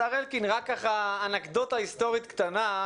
השר אלקין, אנקדוטה היסטורית קטנה,